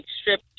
strip